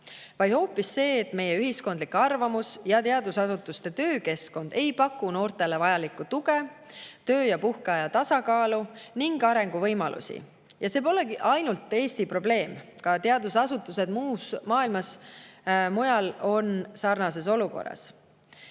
vaid hoopis see, et meie ühiskondlik arvamus ja teadusasutuste töökeskkond ei paku noortele vajalikku tuge, töö‑ ja puhkeaja tasakaalu ning arenguvõimalusi. Ja see polegi ainult Eesti probleem, ka teadusasutused mujal maailmas on sarnases olukorras.